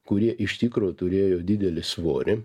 kurie iš tikro turėjo didelį svorį